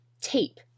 tape